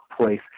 place